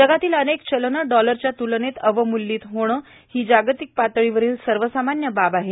जगातील अनेक चलनं डॉलरच्या तुलनेत अवमूल्यीत होणं ही जागतिक पातळीवरील सर्वसामान्य बाब आहे